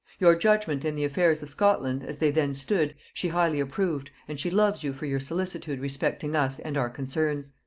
your judgement in the affairs of scotland, as they then stood, she highly approved, and she loves you for your solicitude respecting us and our concerns.